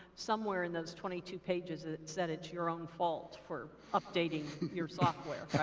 somewhere in those twenty two pages it said it's your own fault for updating your software, right?